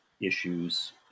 issues